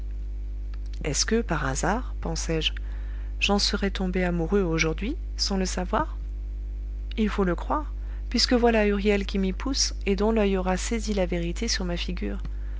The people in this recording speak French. est-ce que par hasard pensais-je j'en serais tombé amoureux aujourd'hui sans le savoir il faut le croire puisque voilà huriel qui m'y pousse et dont l'oeil aura saisi la vérité sur ma figure